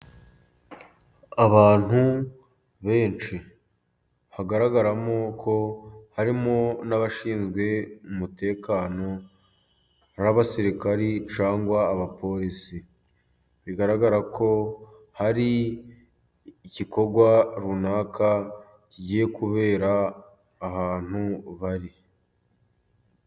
Abantu benshi, hagaragaramo ko harimo n'abashinzwe umutekano, Abasirikari cyangwa Abapolisi. Bigaragara ko hari igikorwa runaka kigiye kubera ahantu bari.